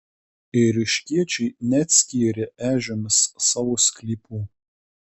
ėriškiečiai neatskyrė ežiomis savo sklypų